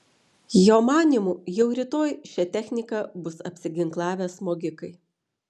jo manymu jau rytoj šia technika bus apsiginklavę smogikai